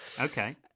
Okay